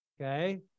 Okay